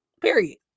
Period